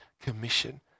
commission